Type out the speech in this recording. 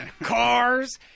cars